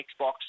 Xbox